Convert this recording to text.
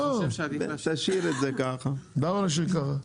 למה ככה?